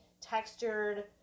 textured